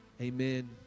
Amen